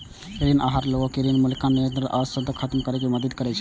ऋण आहार लोग कें ऋणक मूल्यांकन, नियंत्रण आ अंततः खत्म करै मे मदति करै छै